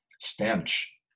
stench